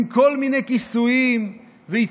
עם כל מיני כיסויים ואצטלות,